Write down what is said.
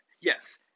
Yes